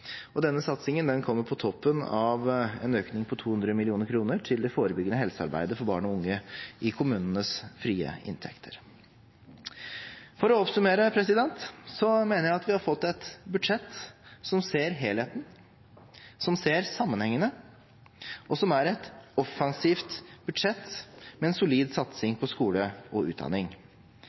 Denne satsingen kommer på toppen av en økning på 200 mill. kr til det forebyggende helsearbeidet for barn og unge i kommunenes frie inntekter. For å oppsummere mener jeg at vi har fått et budsjett som ser helheten, som ser sammenhengene, og som er et offensivt budsjett med en solid satsing på skole og utdanning.